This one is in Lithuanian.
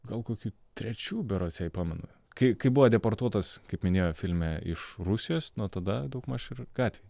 gal kokių trečių berods jei pamenu kai kai buvo deportuotas kaip minėjau filme iš rusijos nuo tada daugmaž ir gatvėj